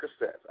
cassettes